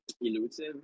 elusive